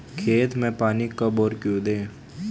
खेत में पानी कब और क्यों दें?